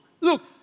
Look